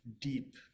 deep